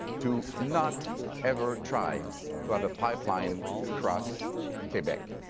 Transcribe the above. to not ever try to have a pipeline cross quebec,